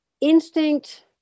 instinct